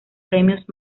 premios